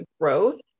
growth